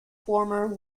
former